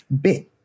Bit